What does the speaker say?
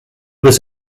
was